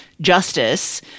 justice